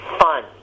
fun